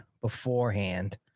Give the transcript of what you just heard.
beforehand